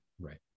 right